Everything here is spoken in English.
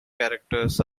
characters